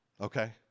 okay